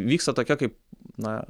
vyksta tokia kaip na